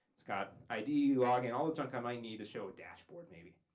it's got id, log in, all the junk i might need to show dashboard maybe.